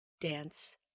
Dance